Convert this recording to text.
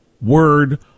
word